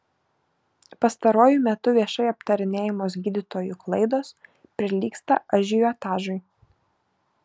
pastaruoju metu viešai aptarinėjamos gydytojų klaidos prilygsta ažiotažui